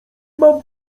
mam